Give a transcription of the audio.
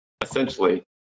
essentially